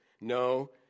No